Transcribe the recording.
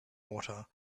water